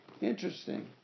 Interesting